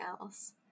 else